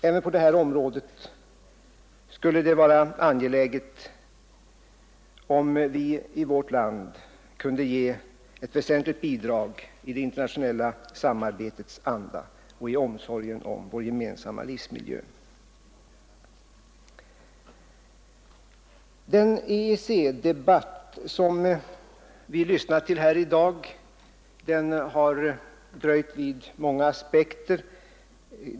Även när det gäller detta avsnitt av frågan om vår gemensamma livsmiljö skulle det vara angeläget om vi i vårt land kunde ge ett väsentligt bidrag i internationell samarbetsanda och omsorg om livsmiljön. Den EEC-debatt som kammaren lyssnat till här i dag har dröjt vid många aspekter.